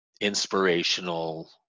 inspirational